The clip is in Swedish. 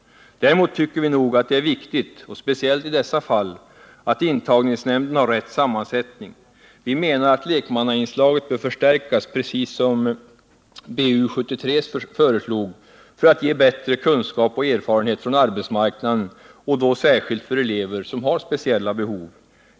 Däremot tycker vi nog att det är viktigt — speciellt i dessa fall — att intagningsnämnden har rätt sammansättning. Vi menar att lekmannainslaget bör förstärkas precis som BU 73 föreslog för att ge bättre kunskap och erfarenhet från arbetsmarknaden, och då särskilt för elever som har speciella behov.